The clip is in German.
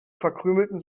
verkrümelten